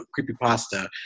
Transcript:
Creepypasta